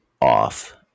off